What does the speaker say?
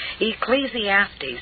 Ecclesiastes